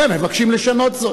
והם מבקשים לשנות זאת.